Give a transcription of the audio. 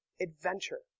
adventure